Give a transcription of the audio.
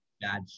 bad